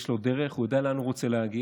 יש לו דרך, הוא יודע לאן הוא רוצה להגיע,